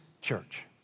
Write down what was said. church